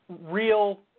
real